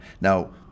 Now